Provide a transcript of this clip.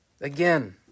Again